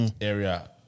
area